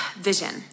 vision